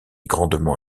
grandement